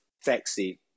sexy